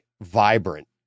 vibrant